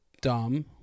dumb